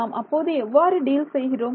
நாம் அப்போது எவ்வாறு டீல் செய்கிறோம்